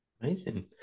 Amazing